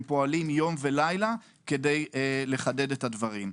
פועלים יום ולילה כדי לחדד את הדברים.